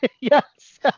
Yes